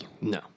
No